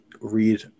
read